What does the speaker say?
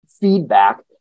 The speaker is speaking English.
feedback